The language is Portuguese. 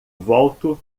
volto